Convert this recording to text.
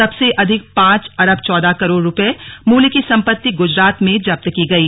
सबसे अधिक पांच अरब चौदह करोड़ रूपये मूल्य की सम्पत्ति गुजरात में जब्त की गई